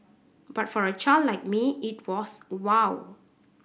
but for a child like me it was wow